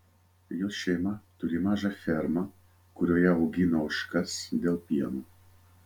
jos šeima turi mažą fermą kurioje augina ožkas dėl pieno